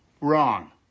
Wrong